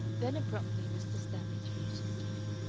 then abruptly mr. stanley changed his key.